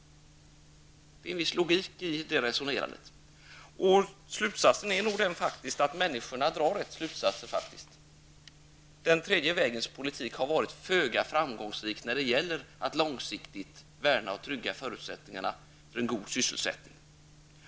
Det finns en viss logik i detta resonemang. Människorna drar nog de rätta slutsatserna av detta, nämligen att den tredje vägens politik har varit föga framgångsrik när det gäller att långsiktigt värna och trygga förutsättningarna för en god sysselsättning.